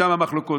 משם המחלוקות,